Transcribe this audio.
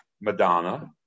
Madonna